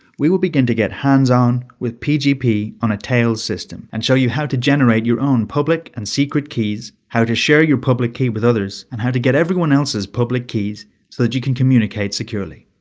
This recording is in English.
we will begin to get hands-on with pgp on a tails system, and show you how to generate your own public and secret keys, how to share your public key with others, and how to get everyone else's public keys so you can communicate securely.